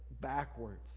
backwards